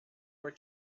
were